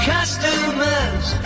Customers